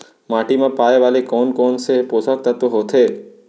माटी मा पाए वाले कोन कोन से पोसक तत्व होथे?